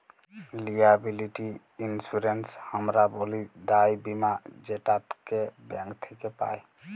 liability insurance হামরা ব্যলি দায় বীমা যেটাকে ব্যাঙ্ক থক্যে পাই